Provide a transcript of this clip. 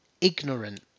ignorant